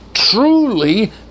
Truly